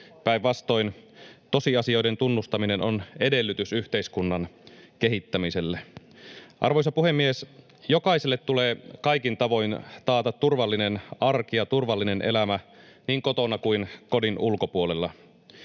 päinvastoin. Tosiasioiden tunnustaminen on edellytys yhteiskunnan kehittämiselle. Arvoisa puhemies! Jokaiselle tulee kaikin tavoin taata turvallinen arki ja turvallinen elämä niin kotona kuin kodin ulkopuolella.